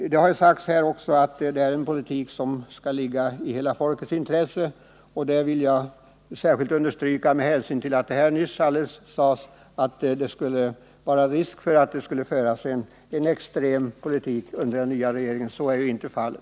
Det har sagts i regeringsförklaringen att det är en politik som skall ligga i hela folkets intresse. Det vill jag särskilt understryka med hänsyn till att det alldeles nyss sades att det finns risk för att det skulle föras en extrem politik under den nya regeringen. Så är ju inte alls fallet.